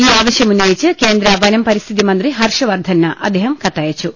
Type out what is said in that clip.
ഈ ആവശ്യമു ന്നയിച്ച് കേന്ദ്ര വനം പരിസ്ഥിതി മന്ത്രി ഹർഷവർദ്ധന് അദ്ദേഹം കത്ത യച്ചു